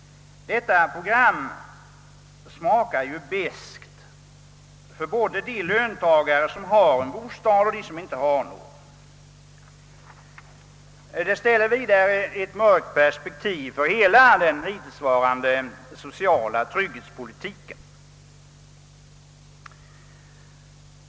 Detta program smakar beskt både för de löntagare som har en bostad och för dem som inte har någon. Det ger vidare ett mörkt perspektiv för hela den hittillsvarande sociala trygghetspolitiken.